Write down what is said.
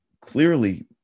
clearly